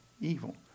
evil